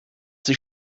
sie